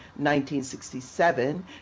1967